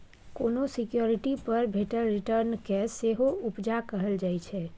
कोनो सिक्युरिटी पर भेटल रिटर्न केँ सेहो उपजा कहल जाइ छै